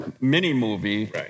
mini-movie